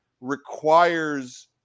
requires